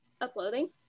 uploading